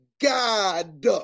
God